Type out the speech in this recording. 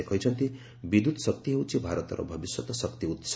ସେ କହିଛନ୍ତି ବିଦ୍ୟୁତ୍ ଶକ୍ତି ହେଉଛି ଭାରତର ଭବିଷ୍ୟତ ଶକ୍ତି ଉତ୍ସ